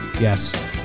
Yes